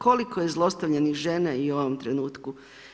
Koliko je zlostavljanih žena i u ovom trenutku?